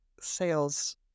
sales